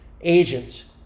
agents